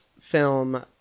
film